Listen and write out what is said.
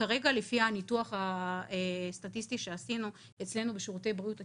כרגע לפי הניתוח הסטטיסטי שעשינו אצלנו בשירותי בריאות הציבור,